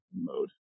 mode